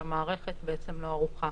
שהמערכת בעצם לא ערוכה.